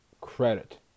credit